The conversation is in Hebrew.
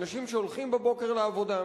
אנשים שהולכים בבוקר לעבודה,